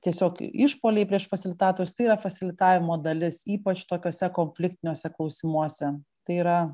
tiesiog išpuoliai prieš fasilitatorius tai yra fasilitavimo dalis ypač tokiuose konfliktiniuose klausimuose tai yra